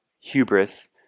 hubris